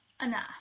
enough